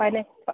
പതിനെ